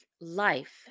life